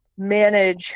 manage